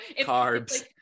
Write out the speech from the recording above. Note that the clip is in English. carbs